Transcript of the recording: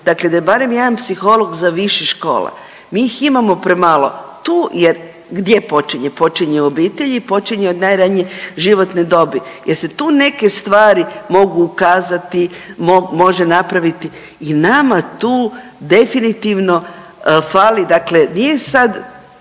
dakle da je barem jedan psiholog za više škola, mi ih imamo premalo. Tu, jer gdje počinje, počinje u obitelji, počinje od najranije životne dobi jer se tu neke stvari mogu ukazati, može napraviti i nama tu definitivno fali, dakle nije sad